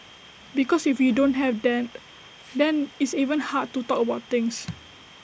because if you don't have that then it's even hard to talk about things